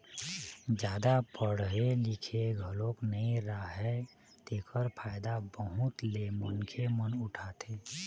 जादा पड़हे लिखे घलोक नइ राहय तेखर फायदा बहुत ले मनखे मन उठाथे